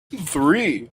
three